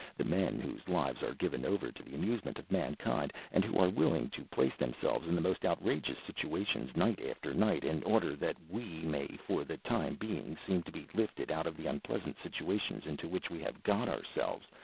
the men whose lives are given over to the amusement of mankind, and who are willing to place themselves in the most outrageous situations night after night in order that we may for the time being seem to be lifted out of the unpleasant situations into which we have got ourselves,